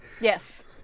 Yes